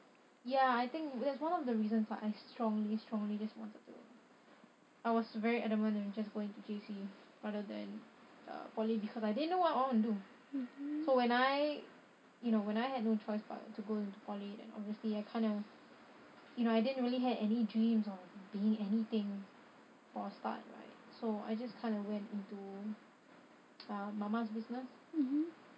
ya I think that's one of the reasons why I strongly strongly just wanted to I was very adamant on just going to J_C rather than err poly because I didn't know what I want to do so when I you know when I had no choice but to go into poly then obviously I kinda you know I didn't really had any dreams of being anything for a start right so I just kinda went into ah mama's business